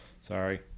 Sorry